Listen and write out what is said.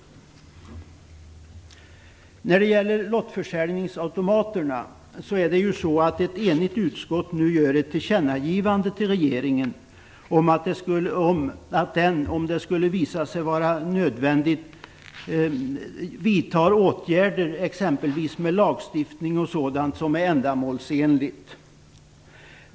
När det gäller lottförsäljningsautomaterna gör ett enigt utskott nu ett tillkännagivande till regeringen om att den, om det skulle visa sig vara nödvändigt, skall vidta åtgärder, exempelvis med lagstiftning och sådant som är ändamålsenligt.